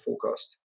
forecast